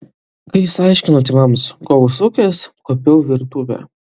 kai jis aiškino tėvams ko užsukęs kuopiau virtuvę